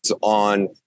on